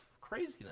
craziness